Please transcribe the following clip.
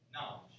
knowledge